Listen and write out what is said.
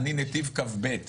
אין ארוחות חינם